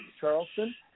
Charleston